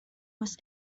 was